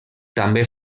també